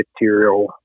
material